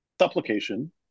supplication